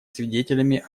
свидетелями